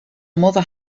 mother